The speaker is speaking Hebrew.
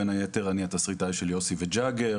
בין היתר אני תסריטאי של "יוסי וג'אגר",